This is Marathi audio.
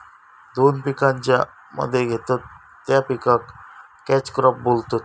दोन पिकांच्या मध्ये घेतत त्या पिकाक कॅच क्रॉप बोलतत